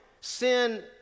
Sin